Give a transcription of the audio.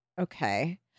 okay